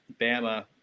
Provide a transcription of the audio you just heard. bama